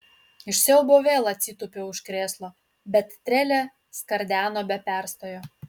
iš siaubo vėl atsitūpiau už krėslo bet trelė skardeno be perstojo